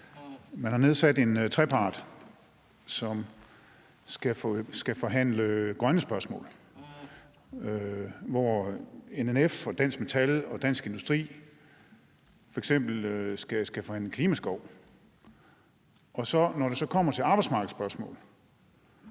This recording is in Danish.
Man har nedsat en trepart, som skal forhandle grønne spørgsmål, hvor NNF, Dansk Metal og Dansk Industri f.eks. skal forhandle klimaskov. Men når det så kommer til arbejdsmarkedsspørgsmål,